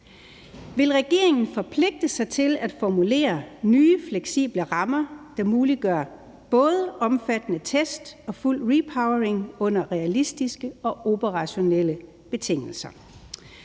Vil regeringen forpligtes til at formulere nye fleksible rammer, der muliggør både omfattende test og fuld repowering under realistiske og operationelle betingelser?